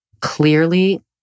clearly